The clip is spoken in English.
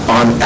on